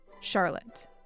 Charlotte